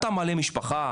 אתה מעלה משפחה,